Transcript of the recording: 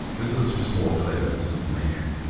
this was just more clever disinformation.